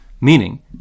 Meaning